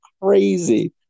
crazy